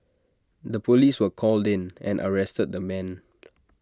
the Police were called in and arrested the man